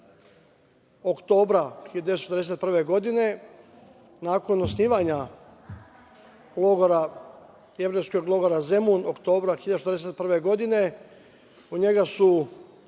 oktobra 1941. godine. Nakon osnivanja Jevrejskog logora Zemun oktobra 1941. godine u njega su